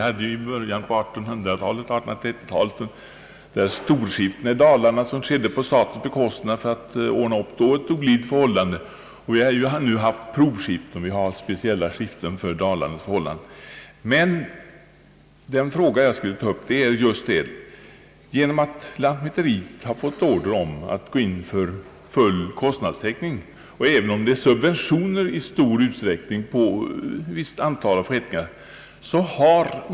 I början på 1830-talet gjordes storskiftena på statens bekostnad för att ordna upp olidliga förhållanden. Vi har sedan haft provskiften och speciella skiften på liknande villkor. Den fråga jag skulle vilja ta upp är följande. Lantmäteriet har ju fått order att gå in för full kostnadstäckning. I stor utsträckning lämnas emellertid subventioner på vissa förrättningar.